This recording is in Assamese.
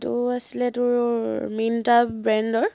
এইটো আছিলে তোৰ মিনট্ৰা ব্ৰেণ্ডৰ